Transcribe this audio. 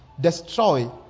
destroy